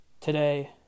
Today